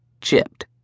Chipped